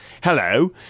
Hello